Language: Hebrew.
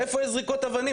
איפה יש זריקות אבנים,